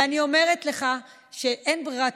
ואני אומרת לך שאין ברירה.